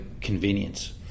convenience